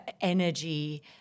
energy